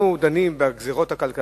כולנו באמת דנים בגזירות הכלכליות,